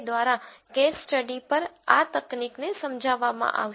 દ્વારા case study પર આ તકનીકને સમજાવવામાં આવશે